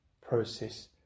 process